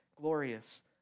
glorious